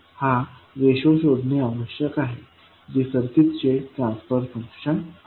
हा रेशो शोधणे आवश्यक आहे जे सर्किटचे ट्रान्सफर फंक्शन असेल